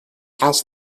asked